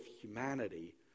humanity